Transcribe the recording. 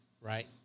right